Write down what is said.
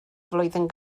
flwyddyn